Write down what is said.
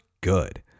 good